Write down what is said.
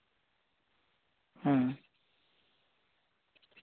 ᱦᱩᱸ